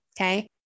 Okay